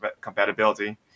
compatibility